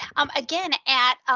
um again, at